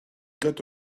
got